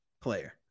player